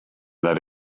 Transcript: that